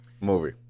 movie